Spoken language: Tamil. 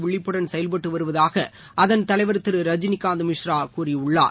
விழிப்புடன் செயல்பட்டு வருவதாக அதன் தலைவர் திரு ரஜினிகாந்த் மிஸ்ரா கூறியுள்ளார்